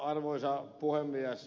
arvoisa puhemies